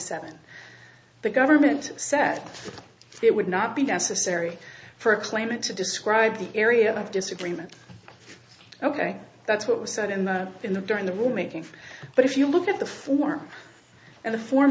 seven the government said it would not be necessary for a claimant to describe the area of disagreement ok that's what was said in the in the during the rule making but if you look at the form and the form